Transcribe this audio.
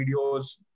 videos